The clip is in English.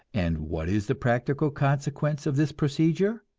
and what is the practical consequence of this procedure?